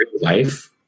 life